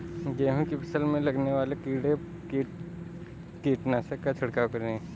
गेहूँ की फसल में लगने वाले कीड़े पर किस कीटनाशक का छिड़काव करें?